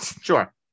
Sure